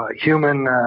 human